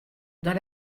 dans